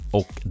och